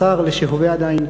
השר לשהווה עדיין,